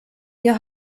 your